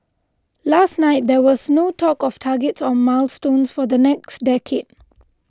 last night there was no talk of targets on milestones for the next decade